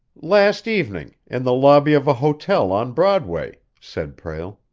last evening, in the lobby of a hotel on broadway, said prale.